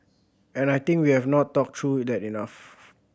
and I think we have not talked through that enough